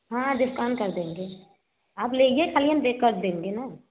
हाँ डिस्काउंट कर देंगे आप लेइए सही हम ले कर देंगे ना